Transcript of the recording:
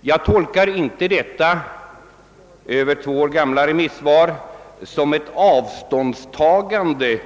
Jag tolkar inte detta över två år gamla remisssvar som ett avståndstagande